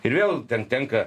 ir vėl ten tenka